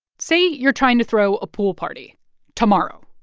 say you're trying to throw a pool party tomorrow,